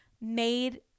made